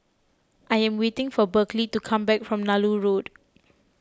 I am waiting for Berkley to come back from Nallur Road